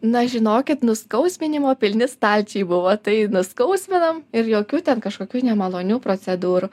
na žinokit nuskausminimo pilni stalčiai buvo tai nuskausminam ir jokių ten kažkokių nemalonių procedūrų